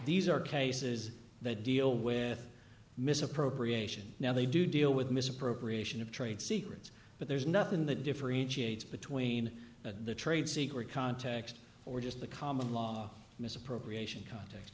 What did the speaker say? these are cases that deal with misappropriation now they do deal with misappropriation of trade secrets but there's nothing that differentiates between the trade secret context or just the common law misappropriation context